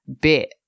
bit